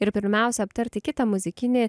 ir pirmiausia aptarti kitą muzikinį